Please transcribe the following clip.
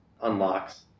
unlocks